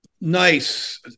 nice